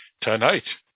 tonight